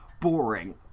boring